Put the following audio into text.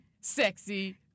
sexy